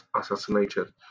assassinated